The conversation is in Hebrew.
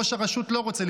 ראש הרשות לא רוצה.